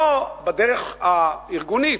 אפשר היה לעשות את זה לא בדרך הארגונית,